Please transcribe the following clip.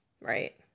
Right